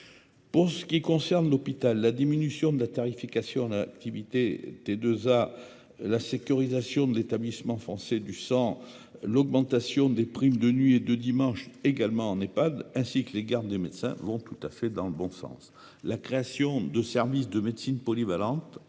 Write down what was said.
Pour ce qui concerne l’hôpital, la diminution de la tarification à l’activité, la sécurisation de l’Établissement français du sang, l’augmentation des primes de nuit et de dimanche – comme en Ehpad – ainsi que des gardes des médecins vont tout à fait dans le bon sens.